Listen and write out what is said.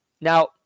Now